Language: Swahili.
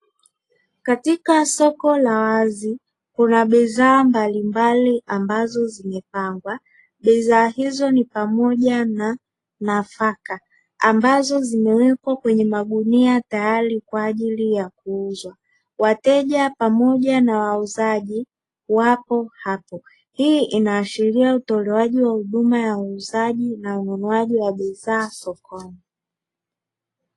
Katikati ya soko la wazi, kuna bidhaa mbalimbali ambazo zimepangwa. Bidhaa hizo ni pamoja na nafaka, ambazo zimewekwa kwenye magunia tayari kwa ajili ya kuuzwa. Wateja, pamoja na wauzaji, wapo hapa. Hii inaashiria utolewaji wa huduma ya uuzaji na ununuzi wa bidhaa sokoni.